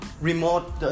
remote